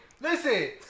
Listen